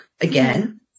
again